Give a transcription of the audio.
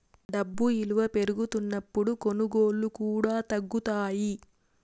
డబ్బు ఇలువ పెరుగుతున్నప్పుడు కొనుగోళ్ళు కూడా తగ్గుతాయి